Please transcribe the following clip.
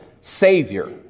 Savior